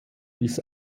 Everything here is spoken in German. bis